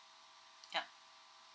yup